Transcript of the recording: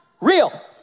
real